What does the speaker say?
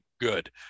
good